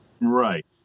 Right